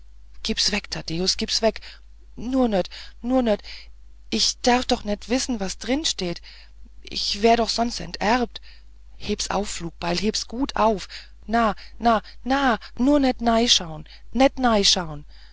gibt's weg taddäus gibt's weg nur nöt nur nöt ich derf doch net wissen was drin steht ich wär doch sonst enterbt heb's auf flugbeil heb's gut auf na na naa nur net neischaugen net